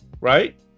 right